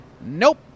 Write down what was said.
nope